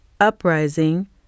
uprising